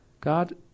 God